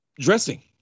Dressing